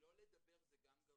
שלא לדבר זה גם גרוע.